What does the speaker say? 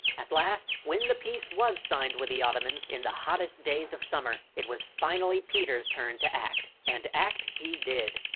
at last, when the peace was signed with the ottomans in the hottest days of summer, it was finally peter's turn to act. and act he did.